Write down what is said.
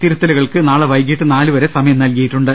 തിരുത്ത ലുകൾക്ക് നാളെ വൈകീട്ട് നാലുവരെ സമയം നൽകിയിട്ടുണ്ട്